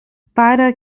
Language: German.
beide